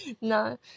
No